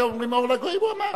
"אתם אומרים אור לגויים?" הוא אמר.